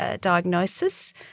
diagnosis